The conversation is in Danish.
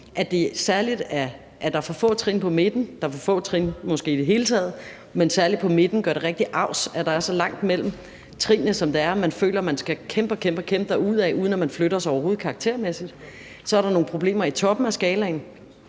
af enighed om, at der er for få trin på midten, at der måske er for få trin i det hele taget; men særligt på midten gør det rigtig av, at der er så langt mellem trinnene, som der er. Man føler, at man skal kæmpe og kæmpe og kæmpe derudad, uden at man flytter sig overhovedet karaktermæssigt. Så er der nogle problemer i toppen af skalaen,